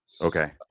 Okay